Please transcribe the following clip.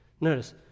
Notice